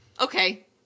Okay